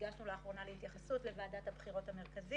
ביקורות כלליות.